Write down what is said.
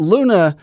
Luna